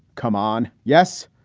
come on. yes.